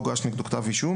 או הוגש נגדו כתב אישום,